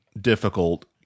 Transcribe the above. difficult